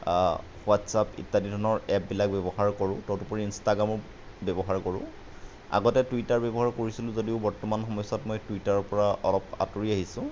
WhatsApp ইত্যাদি ধৰণৰ এপবিলাক ব্যৱহাৰ কৰোঁ তদুপৰি ইনষ্টাগ্ৰামো ব্যৱহাৰ কৰোঁ আগতে টুইটাৰ ব্যৱহাৰ কৰিছিলোঁ যদিও বৰ্তমান সময়ছোৱাত মই টুইটাৰৰ পৰা অলপ আঁতৰি আহিছোঁ